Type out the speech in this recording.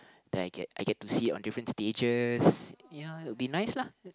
that I get I get to see on different stages ya it will be nice lah